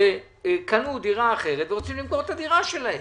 שקנו דירה אחרת ורוצים למכור את הדירה שלהם.